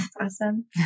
Awesome